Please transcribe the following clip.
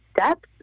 steps